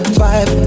five